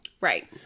Right